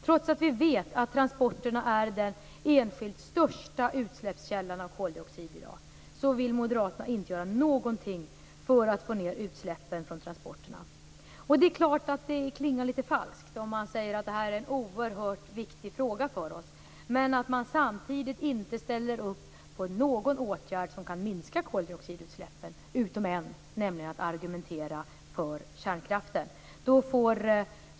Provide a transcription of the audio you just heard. Trots att vi vet att transporterna är den enskilt största utsläppskällan när det gäller koldioxid i dag vill Moderaterna inte göra någonting för att få ned utsläppen. Det är klart att det klingar falskt om man säger att det är en oerhört viktig fråga men samtidigt inte ställer upp på någon åtgärd som kan minska koldioxidutsläppen. Man ställer upp på en åtgärd, nämligen att argumentera för kärnkraften.